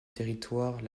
territoire